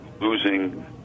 losing